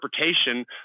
interpretation